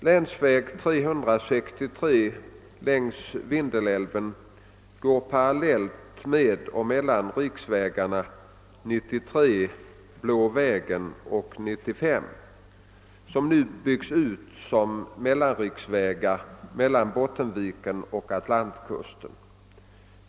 Länsväg 363 längs Vindelälven går parallellt med och mellan riksvägarna 93, Blå vägen, och 95, som nu byggs ut som mellanriksvägar mellan Bottenviken och Atlantkusten.